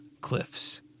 cliffs